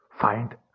find